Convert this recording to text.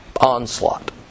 onslaught